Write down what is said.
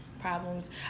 problems